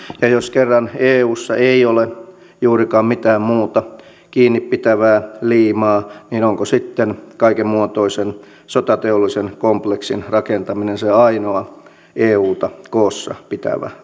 ja jos kerran eussa ei ole juurikaan mitään muuta kiinni pitävää liimaa niin onko sitten kaikenmuotoisen sotateollisen kompleksin rakentaminen se ainoa euta koossa pitävä